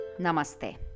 Namaste